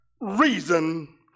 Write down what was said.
reason